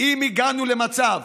אם הגענו למצב